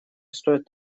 стоит